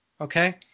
Okay